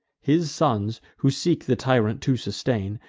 his sons, who seek the tyrant to sustain,